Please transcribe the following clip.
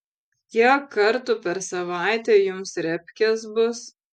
kiek kartų per savaitę jums repkės bus